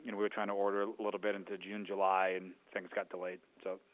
you know we were trying to order a little bit into june july and things got delayed, so,